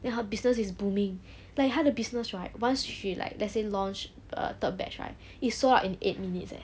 then her business is booming like 她的 business right once she like let's say launch a third batch right it's sold out in eight minutes eh